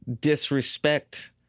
disrespect